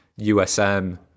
USM